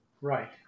right